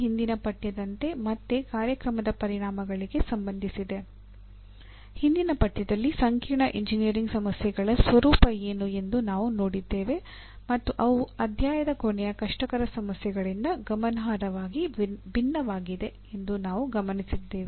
ಹಿಂದಿನ ಪಠ್ಯದಲ್ಲಿ ಸಂಕೀರ್ಣ ಎಂಜಿನಿಯರಿಂಗ್ ಸಮಸ್ಯೆಗಳ ಸ್ವರೂಪ ಏನು ಎಂದು ನಾವು ನೋಡಿದ್ದೇವೆ ಮತ್ತು ಅವು ಅಧ್ಯಾಯದ ಕೊನೆಯ ಕಷ್ಟಕರ ಸಮಸ್ಯೆಗಳಿಂದ ಗಮನಾರ್ಹವಾಗಿ ಭಿನ್ನವಾಗಿವೆ ಎಂದು ನಾವು ಗಮನಿಸಿದ್ದೇವೆ